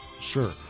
Sure